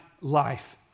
life